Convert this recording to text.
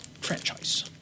franchise